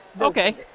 okay